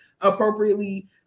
appropriately